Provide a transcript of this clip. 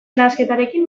nahasketarekin